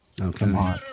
Okay